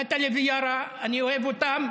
נטלי ויארה, אני אוהב אותן.